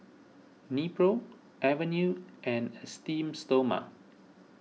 Nepro Avene and Esteem Stoma